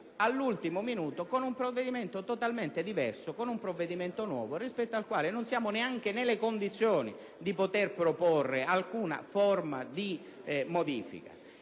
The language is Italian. all'ultimo minuto con un provvedimento totalmente diverso, nuovo, rispetto al quale non siamo neanche nelle condizioni di proporre alcuna forma di modifica.